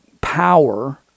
power